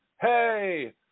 Hey